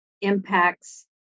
impacts